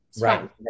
Right